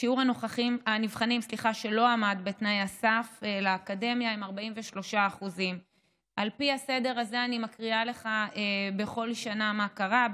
ושיעור הנבחנים שלא עמדו בתנאי הסף לאקדמיה הוא 43%. על פי הסדר הזה אני מקריאה לך בכל שנה מה קרה: